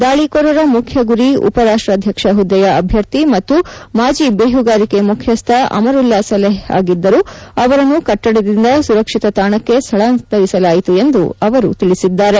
ದಾಳಿಕೋರರ ಮುಖ್ಯ ಗುರಿ ಉಪ ರಾಷ್ಟ್ರಾಧ್ಯಕ್ಷ ಹುದ್ದೆಯ ಅಭ್ಯರ್ಥಿ ಮತ್ತು ಮಾಜಿ ಬೇಹುಗಾರಿಕೆ ಮುಖ್ಯಸ್ಥ ಅಮರುಲ್ಲಾ ಸಲೇಹ್ ಆಗಿದ್ದರು ಅವರನ್ನು ಕಟ್ಟಡದಿಂದ ಸುರಕ್ಷಿತ ತಾಣಕ್ಕೆ ಸ್ದಳಾಂತರಿಸಲಾಯಿತು ಎಂದು ಅವರು ತಿಳಿಸಿದ್ದಾರೆ